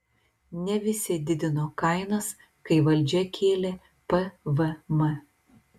ne visi didino kainas kai valdžia kėlė pvm